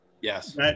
Yes